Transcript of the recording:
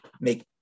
make